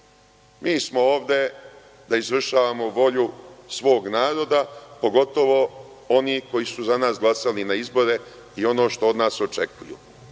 mi smo ovde da izvršavamo volju svog naroda, pogotovo onih koji su za nas glasali na izborima i ono što od nas očekuju.